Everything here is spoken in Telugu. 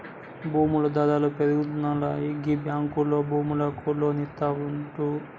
భూముల ధరలు పెరుగాల్ననా గీ బాంకులోల్లు భూములకు లోన్లిత్తమంటుండ్రు